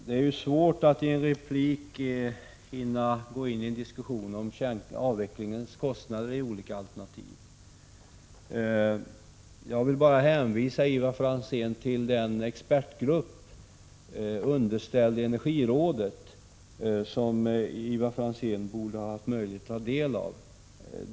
Det är svårt att i en replik hinna gå in i diskussion om avvecklingskostnader i olika alternativ. Jag vill bara hänvisa Ivar Franzén till resultaten från den expertgrupp underställd energirådet som Ivar Franzén borde ha haft möjlighet att ta del av.